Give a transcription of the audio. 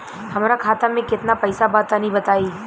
हमरा खाता मे केतना पईसा बा तनि बताईं?